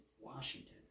Washington